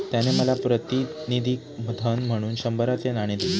त्याने मला प्रातिनिधिक धन म्हणून शंभराचे नाणे दिले